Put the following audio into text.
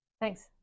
Thanks